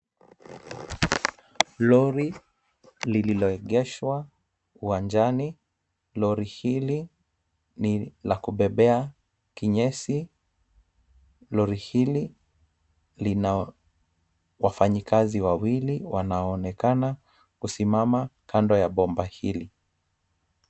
Lori lililoegeshwa uwanjani. Lori hili ni la kubebea kinyesi, lori hili lina wafanyikazi wawili wanaoonekana kusima kando ya bomba hili.